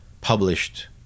published